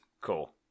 Cool